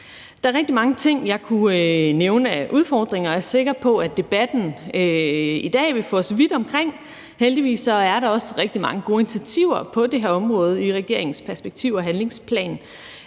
Der er rigtig mange ting, jeg kunne nævne af udfordringer, og jeg er sikker på, at debatten i dag får os vidt omkring. Heldigvis er der også rigtig mange gode initiativer på det her område i regeringens perspektiv- og handlingsplan.